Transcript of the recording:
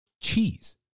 cheese